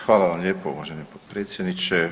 Hvala vam lijepo uvaženi potpredsjedniče.